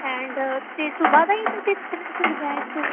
and ਅਤੇ ਸੂਬਹਾ ਦਾ ਹੀ ਤੁਸੀਂ ਰੱਖਣਾ ਫਿਰ ਬੈਚ